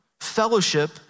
fellowship